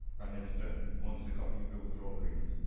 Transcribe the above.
prime minister, you wanted a copy of your withdrawal agreement.